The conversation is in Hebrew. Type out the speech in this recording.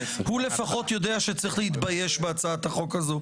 הוא לפחות יודע שצריך להתבייש בהצעת החוק הזו,